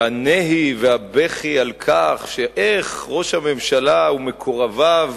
והנהי והבכי על כך איך ראש הממשלה ומקורביו